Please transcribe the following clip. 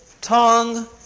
tongue